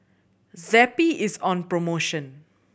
Zappy is on promotion